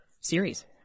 series